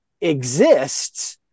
exists